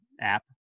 app